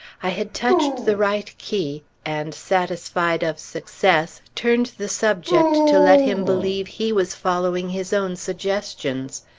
i had touched the right key, and satisfied of success, turned the subject to let him believe he was following his own suggestions.